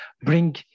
bring